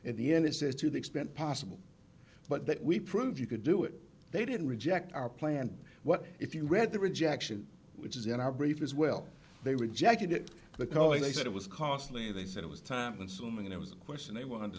at the end it says to the extent possible but that we prove you could do it they didn't reject our plan what if you read the rejection which is in our brief as well they rejected it because they said it was costly they said it was time consuming and it was a question they were under